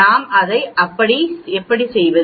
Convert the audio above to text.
நாம் அதை எப்படி செய்வது